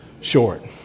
short